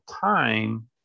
time